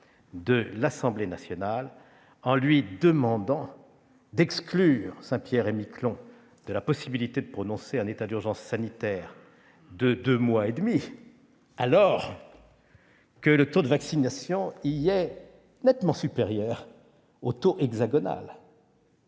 de l'Assemblée nationale, pour lui demander d'exclure Saint-Pierre-et-Miquelon de la possibilité de prononcer un état d'urgence sanitaire de deux mois et demi, alors que le taux de vaccination y est nettement supérieur au taux hexagonal